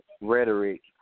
rhetoric